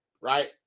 right